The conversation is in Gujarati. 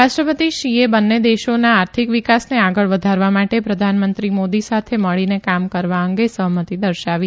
રાષ્ટ્રપતિ શી એ બંને દેશોના આર્થિક વિકાસને આગળ વધારવા માટે પ્રધાનમંત્રી મોદી સાથે મળીને કામ કરવા અંગે સહમતિ દર્શાવી